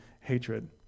hatred